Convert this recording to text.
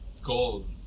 gold